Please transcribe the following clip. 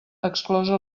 exclosa